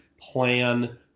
plan